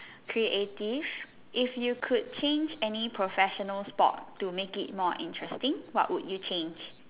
creative if you could change any professional sport to make it more interesting what would you change